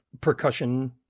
percussion